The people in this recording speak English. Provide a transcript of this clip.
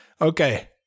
Okay